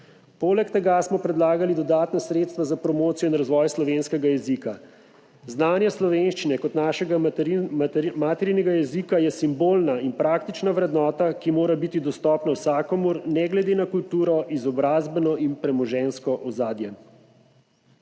Poleg tega smo predlagali dodatna sredstva za promocijo in razvoj slovenskega jezika. Znanje slovenščine kot našega materinega jezika je simbolna in praktična vrednota, ki mora biti dostopna vsakomur, ne glede na kulturo, izobrazbeno in premoženjsko ozadje.